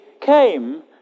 came